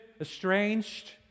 estranged